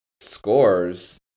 scores